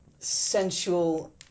sensual